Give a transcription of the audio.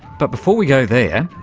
but before we go there,